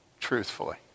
Truthfully